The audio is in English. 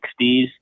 60s